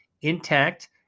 intact